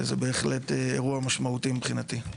וזה בהחלט אירוע משמעותי מבחינתי.